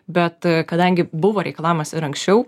bet kadangi buvo reikalavimas ir anksčiau